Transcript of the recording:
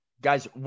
guys